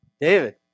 David